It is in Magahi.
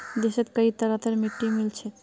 देशत कई तरहरेर मिट्टी मिल छेक